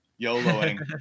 yoloing